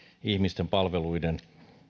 ihmisten palveluiden